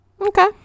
okay